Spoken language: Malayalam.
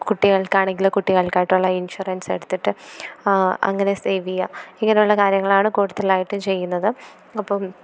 കുട്ടികൾക്കാണെങ്കില് കുട്ടികൾക്കായിട്ടുള്ള ഇൻഷുറൻസെടുത്തിട്ട് അങ്ങനെ സേവെയാം ഇങ്ങനെയുള്ള കാര്യങ്ങളാണ് കൂടുതലായിട്ട് ചെയ്യുന്നത് അപ്പോള്